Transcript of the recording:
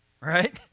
right